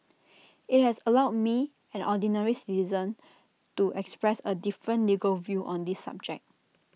IT has allowed me an ordinary citizen to express A different legal view on this subject